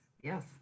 Yes